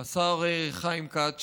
השר חיים כץ,